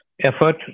effort